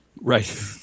Right